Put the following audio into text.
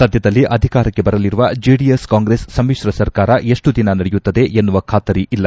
ಸದ್ಯದಲ್ಲೇ ಅಧಿಕಾರಕ್ಕೆ ಬರಲಿರುವ ಜೆಡಿಎಸ್ ಕಾಂಗ್ರೆಸ್ ಸಮಿಶ್ರ ಸರ್ಕಾರ ಎಷ್ಟು ದಿನ ನಡೆಯುತ್ತದೆ ಎನ್ನುವ ಖಾತರಿ ಇಲ್ಲ